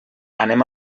anem